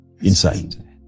Inside